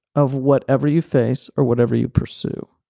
of whatever you face or whatever you pursue.